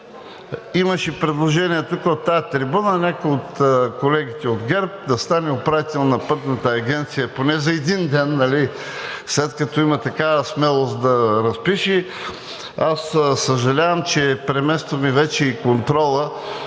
Имаше предложение тук, от тази трибуна, някой от колегите от ГЕРБ да стане управител на Пътната агенция поне за един ден, след като има такава смелост да разпише. Аз съжалявам, че преместваме вече и контрола